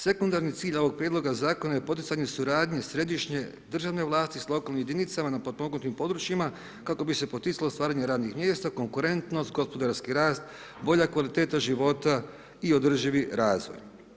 Sekundarni cilj ovog prijedloga zakona je poticanje suradnje središnje državne vlasti sa lokalnim jedinicama na potpomognutim područjima kako bi se poticalo stvaranje radnih mjesta, konkurentnost, gospodarski rast, bolja kvaliteta života i održivi razvoj.